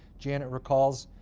janet recalls,